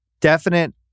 Definite